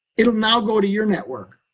it will now go to your network.